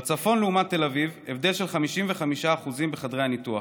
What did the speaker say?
בצפון, לעומת תל אביב, הבדל של 55% בחדרי הניתוח,